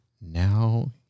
now